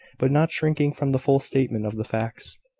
but not shrinking from the full statement of the facts,